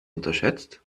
unterschätzt